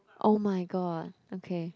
oh-my-god okay